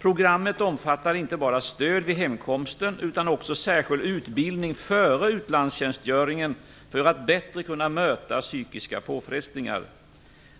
Programmmet omfattar inte bara stöd vid hemkomsten, utan också särskild utbildning före utlandstjänstgöringen för att bättre kunna möta psykiska påfrestningar.